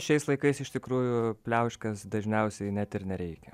šiais laikais iš tikrųjų pliauškės dažniausiai net ir nereikia